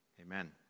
amen